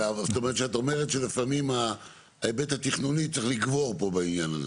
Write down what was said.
את אומרת שלפעמים היבט התכנוני צריך לגבור פה בעניין הזה?